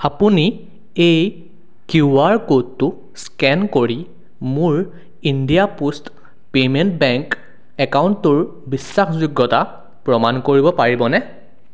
আপুনি এই কিউআৰ ক'ডটো স্কেন কৰি মোৰ ইণ্ডিয়া পোষ্ট পে'মেণ্ট বেংক একাউণ্টটোৰ বিশ্বাসযোগ্যতা প্ৰমাণ কৰিব পাৰিবনে